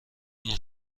این